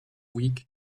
week